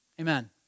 Amen